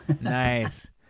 Nice